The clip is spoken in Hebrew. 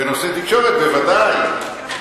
בנושא תקשורת, בוודאי.